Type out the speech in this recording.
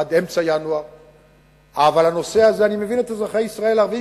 אני מבין את אזרחי ישראל הערבים,